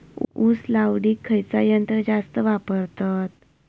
ऊस लावडीक खयचा यंत्र जास्त वापरतत?